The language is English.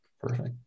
perfect